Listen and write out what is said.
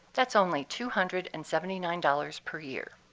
that's only two hundred and seventy nine dollars per year.